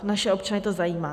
Naše občany to zajímá.